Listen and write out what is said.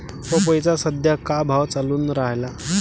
पपईचा सद्या का भाव चालून रायला?